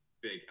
big